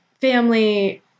family